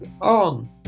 on